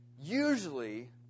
usually